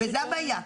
וזו הבעיה.